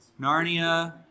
Narnia